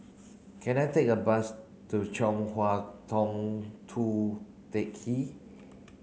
can I take a bus to Chong Hua Tong Tou Teck Hwee